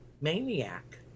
maniac